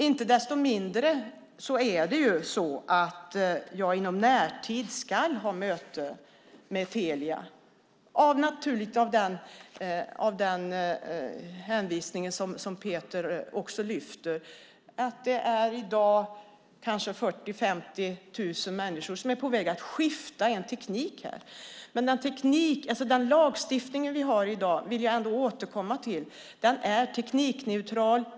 Inte desto mindre ska jag inom närtid ha ett möte med Telia av den anledning som Peter Eriksson lyfter fram, nämligen att det i dag är kanske 40 000-50 000 människor som berörs av teknikskiftet. Men den lagstiftning vi har i dag, vill jag ändå återkomma till, är teknikneutral.